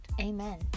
Amen